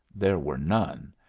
there were none.